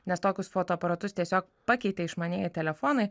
nes tokius fotoaparatus tiesiog pakeitė išmanieji telefonai